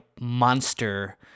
Monster